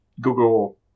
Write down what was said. Google